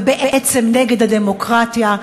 ובעצם נגד הדמוקרטיה.